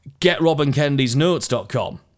getrobinkendysnotes.com